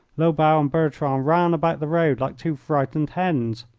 lobau and bertrand ran about the road like two frightened hens.